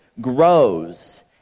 grows